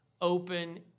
open